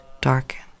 darkened